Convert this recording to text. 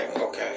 Okay